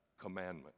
commandment